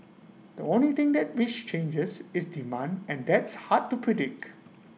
the only thing which changes is demand and that's hard to predict